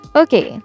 okay